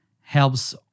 helps